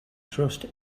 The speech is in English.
trust